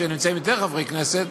כשנמצאים יותר חברי כנסת,